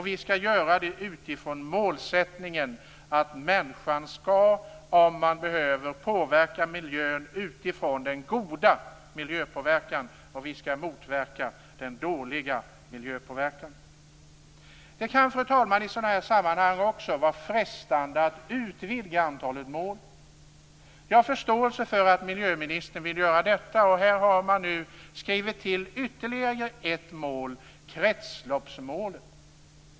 Vi skall göra det utifrån målsättningen att människan skall, om man behöver, påverka miljön utifrån den goda påverkan och motverka den dåliga miljöpåverkan. Det kan, fru talman, i sådana här sammanhang vara frestande att utvidga antalet mål. Jag har förståelse för att miljöministern vill göra detta. Här har man nu skrivit till ytterligare ett mål, kretsloppsmålet.